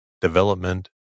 development